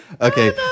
Okay